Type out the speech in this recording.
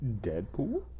Deadpool